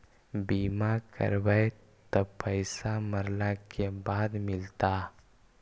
बिमा करैबैय त पैसा मरला के बाद मिलता?